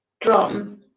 drum